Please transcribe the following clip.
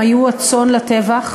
הם היו הצאן לטבח,